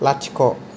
लाथिख'